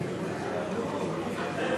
לוועדת החוקה,